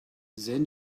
then